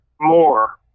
more